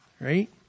right